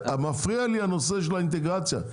מפריע לי הנושא של האינטגרציה,